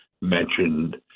mentioned